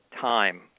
time